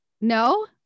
No